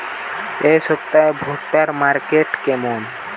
এই সপ্তাহে ভুট্টার মার্কেট কেমন?